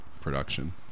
production